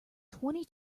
twenty